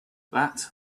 that